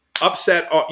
upset